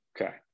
Okay